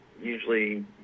usually